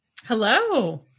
Hello